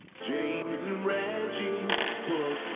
james and reggie's